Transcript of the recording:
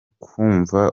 kumva